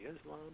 Islam